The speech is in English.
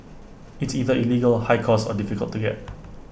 it's either illegal high cost or difficult to get